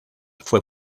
fue